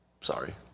Sorry